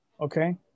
okay